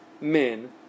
men